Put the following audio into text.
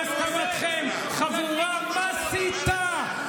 חבורה מסיתה,